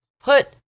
put